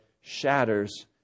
shatters